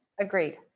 Agreed